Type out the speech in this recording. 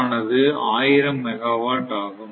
ஆனது 1000 மெகாவாட் ஆகும்